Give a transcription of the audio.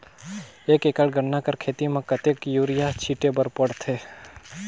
एक एकड़ गन्ना कर खेती म कतेक युरिया छिंटे बर पड़थे?